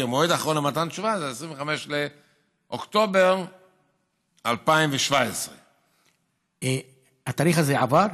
שהמועד האחרון למתן תשובה זה 25 באוקטובר 2017. התאריך הזה עבר?